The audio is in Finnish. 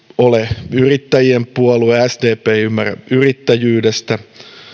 ole yrittäjien puolue sdp ei ymmärrä yrittäjyydestä